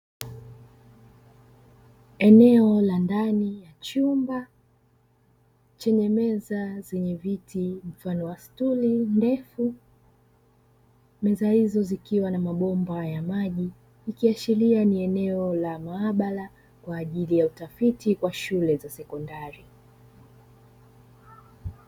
Eneo la ndani ya chumba chenye viti mfano wa stuli ndefu, meza hizo zikiwa na mabomba ya maji, ikiashiria ni eneo la maabara kwaajili ya utafiti kwa shule za sekondari.